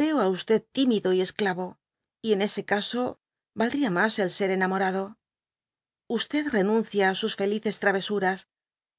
veo á tímido j esclavo y en ese caso valdría mas el ser enamorado renuncia á sus felices travesuras